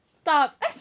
stop